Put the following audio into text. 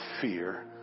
fear